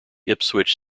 ipswich